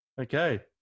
Okay